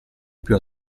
più